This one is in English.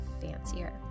fancier